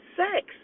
sex